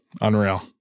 Unreal